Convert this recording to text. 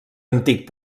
antic